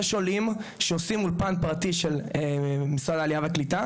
יש עולים שעושים אולפן פרטי של משרד העלייה והקליטה